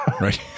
right